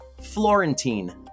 Florentine